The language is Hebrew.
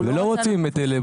לא רוצים את אלה,